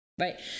right